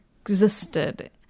existed